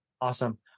Awesome